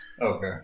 Okay